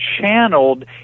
channeled